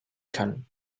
kann